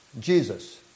Jesus